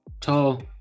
tall